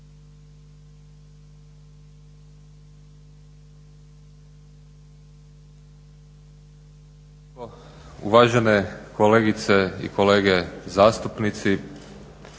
Uvažene kolegice i kolege zastupnici